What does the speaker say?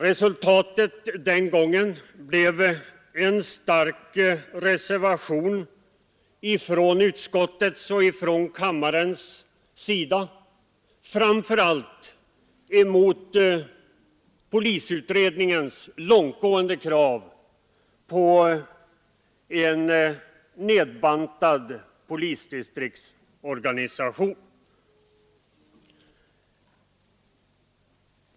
Resultatet den gången blev en stark reservation från utskottets och kammarens sida framför allt mot polisutredningens långtgående krav på en nedbantad polisdistriktsorganisation.